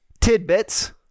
tidbits